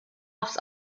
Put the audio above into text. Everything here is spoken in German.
aufs